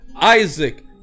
Isaac